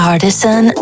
Artisan